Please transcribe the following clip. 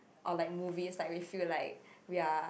or like movies like we feel like we are